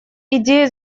идея